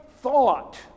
thought